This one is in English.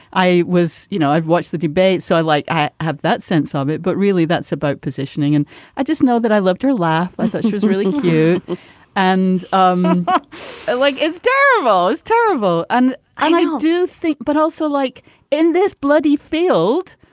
i was you know, i've watched the debate, so i like i have that sense of it. but really, that's about positioning. and i just know that i loved her laugh. i thought she was really cute and um ah i like it's davalos terrible. and i and i do think but also like in this bloody field,